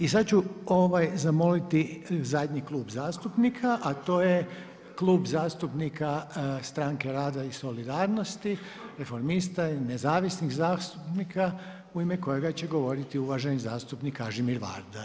I sad ću zamoliti zadnji klub zastupnika, a to je Klub zastupnika Stranke rada i solidarnosti, Reformista i nezavisnih zastupnika u ime kojega će govoriti uvaženi zastupnik Kažimir Varda.